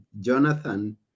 Jonathan